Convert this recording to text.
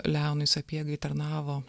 leonui sapiegai tarnavo